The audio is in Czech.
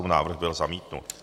Návrh byl zamítnut.